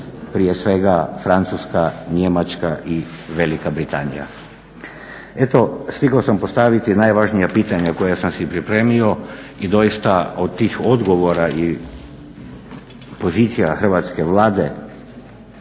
prije svega Francuska, Njemačka i Velika Britanija. Eto stigao sam postaviti najvažnija pitanja koja sam si pripremio i doista od tih odgovora i pozicija Hrvatske vlade